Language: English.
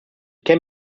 can